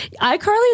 iCarly